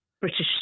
British